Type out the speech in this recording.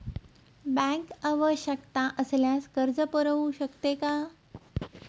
Bank आवश्यकता असल्यावर कर्ज पुरवू शकते का?